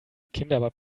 kinder